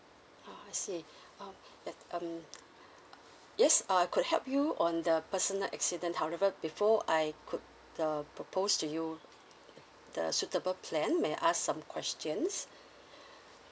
ah I see uh eh um yes uh I could help you on the personal accident however before I could uh propose to you the suitable plan may I ask some questions